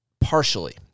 partially